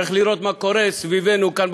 צריך לראות מה קורה סביבנו כאן,